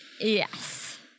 Yes